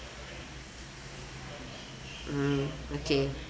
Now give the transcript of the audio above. mm okay